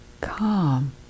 calm